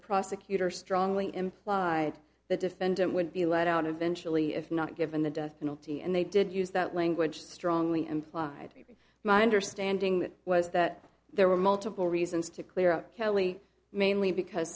prosecutor strongly implied the defendant would be let out of intially if not given the death penalty and they did use that language strongly implied my understanding was that there were multiple reasons to clear up kelly mainly because